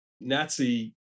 Nazi